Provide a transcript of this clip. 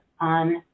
on